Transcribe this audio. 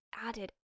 added